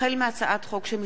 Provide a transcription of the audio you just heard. החל בהצעת חוק